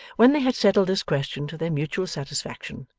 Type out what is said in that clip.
when they had settled this question to their mutual satisfaction,